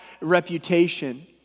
reputation